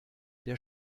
der